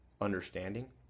understanding